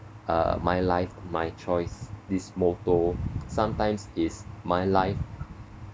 uh my life my choice this motto sometimes it's my life